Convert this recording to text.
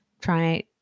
try